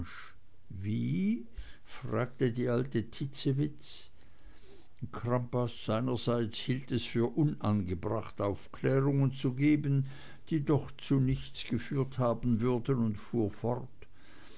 wie fragte die alte titzewitz crampas seinerseits hielt es für unangebracht aufklärungen zu geben die doch zu nichts geführt haben würden und fuhr fort